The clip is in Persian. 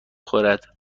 خورد